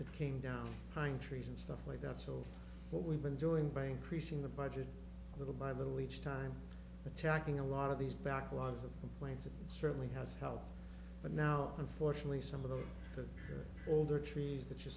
it came down pine trees and stuff like that so what we've been doing by increasing the budget little by little each time attacking a lot of these back lots of plants and it certainly has helped but now unfortunately some of the older trees that you